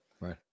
Right